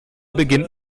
beginnt